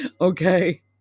okay